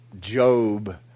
Job